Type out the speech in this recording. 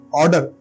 order